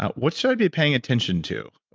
what should i be paying attention to?